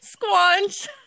Squanch